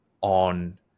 on